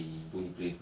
(uh huh)